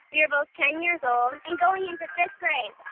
we are both ten years old. and going into fifth grade